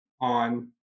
on